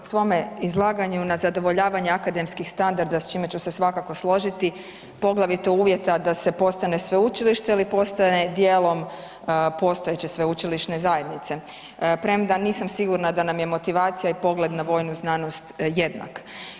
u svome izlaganju na zadovoljavanje akademskih standarda, s čime ću se svakako složiti, poglavito uvjeta da se postane sveučilište ili postane djelom postojeće sveučilišne zajednice premda nisam sigurna da nam je motivacija i pogled na vojnu znanosti jednak.